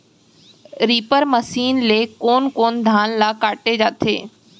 Reaper machine ले कोन कोन धान ल काटे जाथे?